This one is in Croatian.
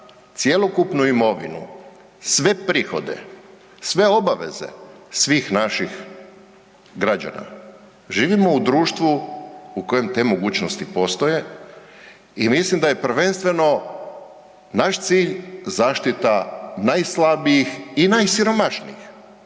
cjelokupnu imovinu, sve prihode, sve obaveze svih naših građana, živimo u društvu u kojem te mogućnosti postoje i mislim da je prvenstveno naš cilj zaštita najslabijih i najsiromašnijih,